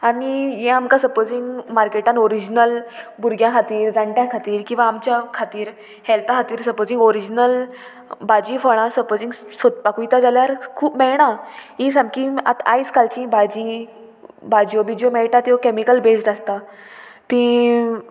आनी हें आमकां सपोजींग मार्केटान ओरिजिनल भुरग्यां खातीर जाणट्यां खातीर किंवां आमच्या खातीर हेल्था खातीर सपोजींग ओरिजनल भाजी फळां सपोजींग सोदपाक वयता जाल्यार खूब मेळना ही सामकी आतां आयज कालची भाजी भाजयो बिजयो मेळटा त्यो कॅमिकल बेज्ड आसता ती